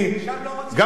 גם שם לא רוצים,